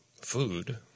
food